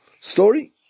story